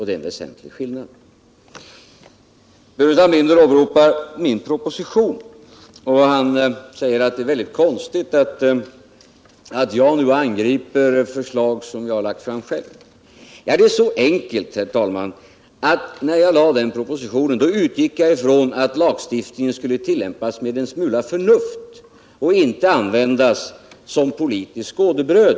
Det är en väsentlig skillnad. Herr Burenstam Linder åberopade min proposition och sade att det är väldigt konstigt att jag angriper ett förslag som jag själv lagt fram. Men det är så här enkelt. När jag lade fram den propositionen, utgick jag från att lagstiftningen skulle tillämpas med en smula förnuft och inte användas såsom politiskt skådebröd.